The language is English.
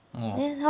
!whoa!